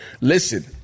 Listen